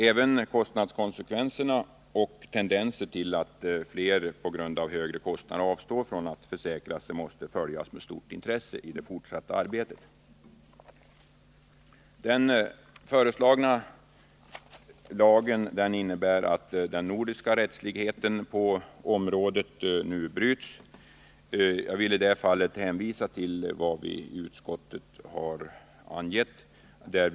Även konsekvenserna av kostnadsökningen och eventuella tendenser till att fler på grund härav avstår från att försäkra sin egendom måste följas med stor uppmärksamhet i det fortsatta arbetet. Den föreslagna lagen innebär att den nordiska rättslikheten på försäkringsrättens område nu kommer att frångås. Jag vill i det avseendet hänvisa till vad utskottet anfört i betänkandet.